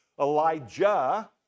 Elijah